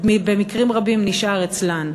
במקרים רבים נשאר אצלן.